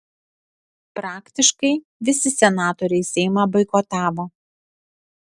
praktiškai visi senatoriai seimą boikotavo